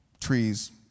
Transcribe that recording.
trees